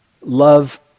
love